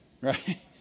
Right